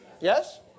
Yes